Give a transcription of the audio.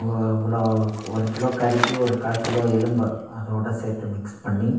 ஓ இவ்வளோ ஒரு கிலோ கறிக்கு ஒரு கால் கிலோ எலும்பை அதோடு சேர்த்து மிக்ஸ் பண்ணி